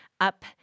up